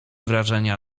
wrażenie